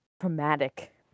traumatic